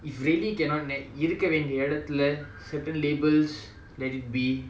if really cannot இருக்க வேண்டிய இடத்துல:irukka vendiya idathula certain labels let it be